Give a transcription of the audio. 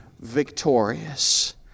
victorious